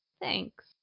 thanks